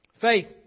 faith